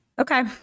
Okay